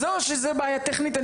אני מסכים איתך שזו בעיה טכנית.